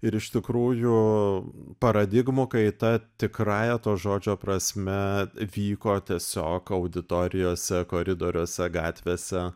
ir iš tikrųjų paradigmų kaita tikrąja to žodžio prasme vyko tiesiog auditorijose koridoriuose gatvėse